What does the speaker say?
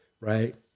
right